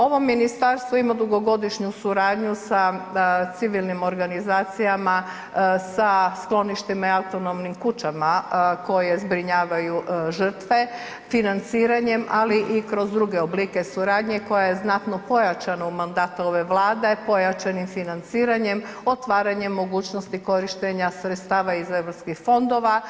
Ovo ministarstvo ima dugogodišnju suradnju sa civilnim organizacijama, sa skloništima i autonomnim kućama koje zbrinjavaju žrtve financiranjem, ali i kroz druge oblike suradnje koja je znatno pojačana u mandatu ove Vlade, pojačan je financiranjem, otvaranjem mogućnosti korištenja sredstava iz EU fondova.